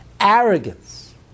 arrogance